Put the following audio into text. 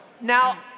Now